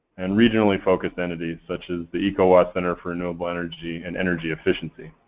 and regionally focused entities such as the ecowas center for renewable energy and energy efficiency.